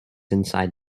inside